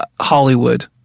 Hollywood